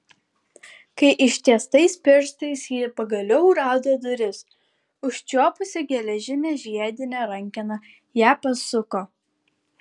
kai ištiestais pirštais ji pagaliau rado duris užčiuopusi geležinę žiedinę rankeną ją pasuko